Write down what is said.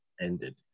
ended